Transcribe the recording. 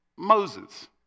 Moses